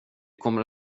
kommer